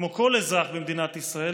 כמו כל אזרחי במדינת ישראל,